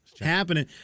Happening